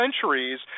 centuries